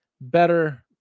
better